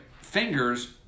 fingers